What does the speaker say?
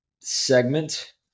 segment